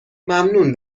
ممنون